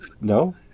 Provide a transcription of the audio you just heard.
No